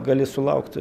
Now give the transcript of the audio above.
gali sulaukt